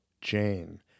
Jane